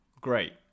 Great